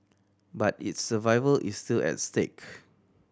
but its survival is still at stake